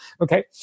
Okay